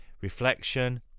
reflection